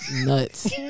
Nuts